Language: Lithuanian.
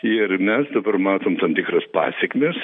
ir mes dabar matom tam tikras pasekmes